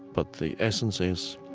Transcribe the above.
but the essence is